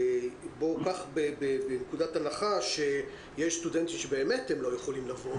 קח נקודת הנחה שיש סטודנטים שבאמת לא יכולים לבוא,